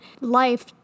life